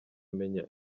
amenya